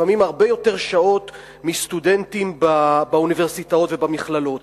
לפעמים הרבה יותר שעות מסטודנטים באוניברסיטאות ובמכללות.